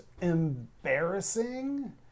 embarrassing